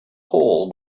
hole